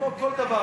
כמו כל דבר,